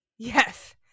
Yes